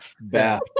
bath